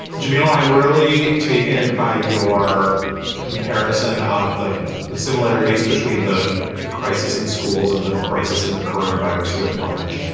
jamal, i'm really taken by your comparison of the the similarities between the the crisis in schools and the crisis in the coronavirus writ large.